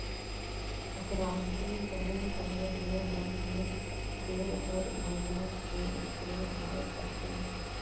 अकरासी करे रहें ले बन में जेर हर भुइयां के उपरे आय जाथे